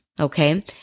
okay